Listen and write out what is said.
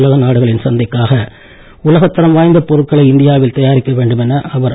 உலக நாடுகளின் சந்தைக்காக உலகத் தரம் வாய்ந்த பொருட்களை இந்தியாவில் தயாரிக்க வேண்டும் என பிரதமர் திரு